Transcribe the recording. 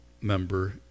member